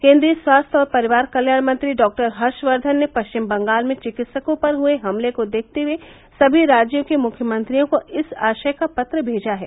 केन्द्रीय स्वास्थ्य और परिवार कल्याण मंत्री डॉक्टर हर्षवर्धन ने पश्चिम बंगाल में चिकित्सकों पर हुए हमले को देखते हुए सभी राज्यों के मुख्यमंत्रियों को इस आशय का पत्र भेजा है